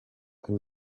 can